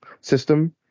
system